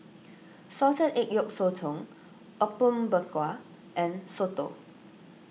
Salted Egg Yolk Sotong Apom Berkuah and Soto